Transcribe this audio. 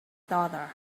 daughter